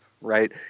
right